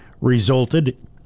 resulted